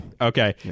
Okay